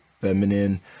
feminine